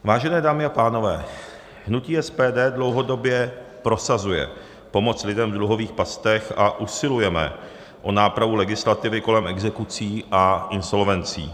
Vážené dámy a pánové, hnutí SPD dlouhodobě prosazuje pomoc lidem v dluhových pastech a usilujeme o nápravu legislativy kolem exekucí a insolvencí.